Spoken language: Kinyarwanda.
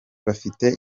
bafite